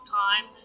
time